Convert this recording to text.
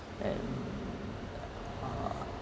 and uh